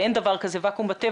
ואין דבר כזה ואקום בטבע,